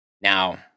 Now